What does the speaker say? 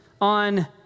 on